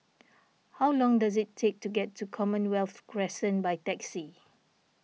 how long does it take to get to Commonwealth Crescent by taxi